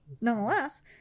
nonetheless